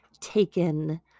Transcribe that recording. taken